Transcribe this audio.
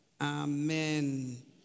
Amen